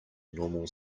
normal